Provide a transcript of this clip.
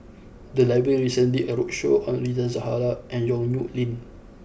the library recently did a roadshow on Rita Zahara and Yong Nyuk Lin